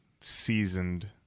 seasoned